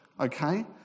Okay